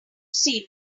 see